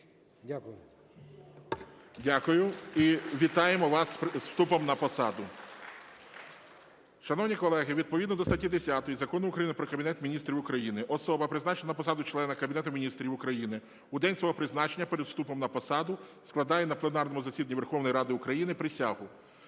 Дякую. І вітаємо вас зі вступом на посаду. Шановні колеги, відповідно до статті 10 Закону України "Про Кабінет Міністрів України" особа, призначена на посаду члена Кабінету Міністрів України, у день свого призначення перед вступом на посаду складає на пленарному засіданні Верховної Ради України присягу.